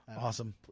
Awesome